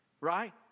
Right